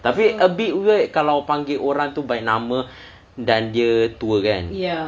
tapi a bit weird kalau panggil orang tu by nama dan dia tua kan